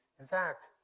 in fact,